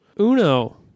Uno